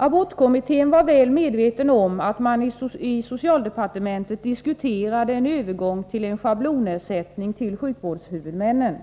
Abortkommittén var väl medveten om att man i socialdepartementet diskuterade en övergång till en schablonersättning till sjukvårdshuvudmännen